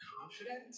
confident